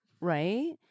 Right